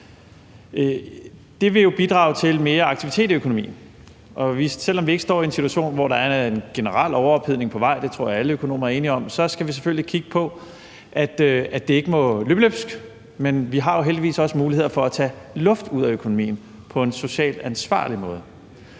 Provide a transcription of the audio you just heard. Det vil jo bidrage til mere aktivitet i økonomien, og selv om vi ikke står i en situation, hvor der er en generel overophedning på vej – det tror jeg alle økonomer er enige om – skal vi selvfølgelig kigge på, at det ikke må løbe løbsk, men vi har jo heldigvis også nogle muligheder for at tage luft ud af økonomien på en socialt ansvarlig måde.